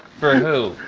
for who?